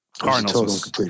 Cardinals